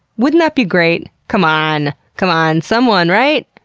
wouldn't that be great? c'mon! c'mon, someone, right?